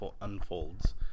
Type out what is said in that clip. unfolds